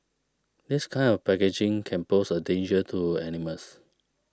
this kind of packaging can pose a danger to animals